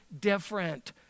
different